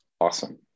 Awesome